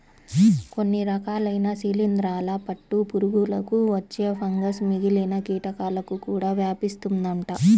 కొన్ని రకాలైన శిలీందరాల పట్టు పురుగులకు వచ్చే ఫంగస్ మిగిలిన కీటకాలకు కూడా వ్యాపిస్తుందంట